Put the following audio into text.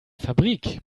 fabrik